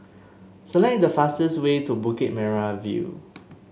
select the fastest way to Bukit Merah View